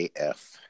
AF